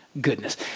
goodness